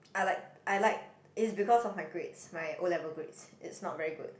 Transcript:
I like I like it is because of my grades my O-level grades it's not very good